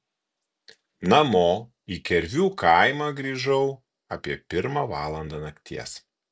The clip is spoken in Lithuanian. namo į kervių kaimą grįžau apie pirmą valandą nakties